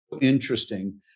Interesting